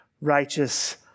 righteous